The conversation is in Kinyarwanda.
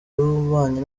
w’ububanyi